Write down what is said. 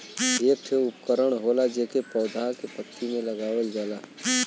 एक ठे उपकरण होला जेके पौधा के पत्ती में लगावल जाला